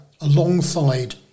alongside